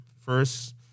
First